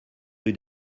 rue